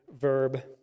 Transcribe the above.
verb